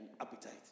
appetite